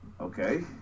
Okay